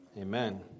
Amen